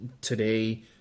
today